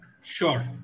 Sure